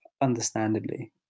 understandably